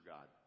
God